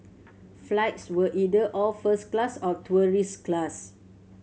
flights were either all first class or tourist class